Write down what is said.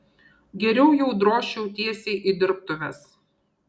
geriau jau drožčiau tiesiai į dirbtuves